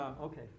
okay